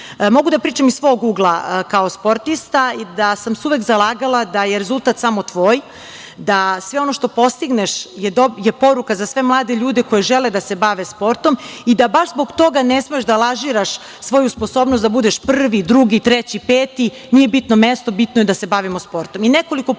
da pričam iz svog ugla, kao sportista, da sam se uvek zalagala, da je rezultat samo tvoj, da sve ono što postigneš je poruka za sve mlade ljude koji žele da se bave sportom i da baš zbog toga ne smeš da lažiraš svoju sposobnost da budeš prvi, drugi, treći, peti. Nije bitno mesto, bitno je da se bavimo sportom. Nekoliko